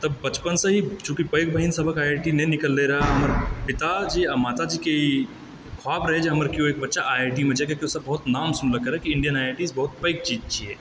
तऽ बचपनसँ ही चुँकि पैघ बहिन सबहक आइ आइ टी नहि निकलै रहऽ हमर पिताजी आ माताजीके ई ख्वाब रहै जे हमर केओ बच्चा आइआइटीमे जाए किआकि ओसब बहुत नाम सुनने रहै कि इण्डियन आइ आइ टी बहुत पैघ चीज छिऐ